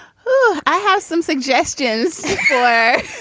i have some suggestions for